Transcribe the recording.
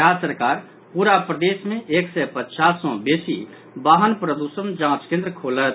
राज्य सरकार पूरा प्रदेश मे एक सय पचास सँ बेसी वाहन प्रदूषण जांच केन्द्र खोलत